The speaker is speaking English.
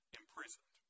imprisoned